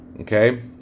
Okay